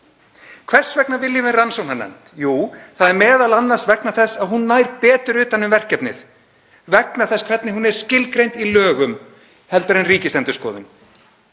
Hvers vegna viljum við rannsóknarnefnd? Jú, það er m.a. vegna þess að hún nær betur utan um verkefnið, vegna þess hvernig hún er skilgreind í lögum, heldur en Ríkisendurskoðun.